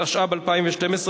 התשע"ב 2012,